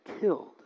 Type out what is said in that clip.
killed